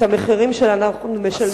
שאת המחירים שלה אנחנו משלמים מדי יום.